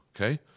okay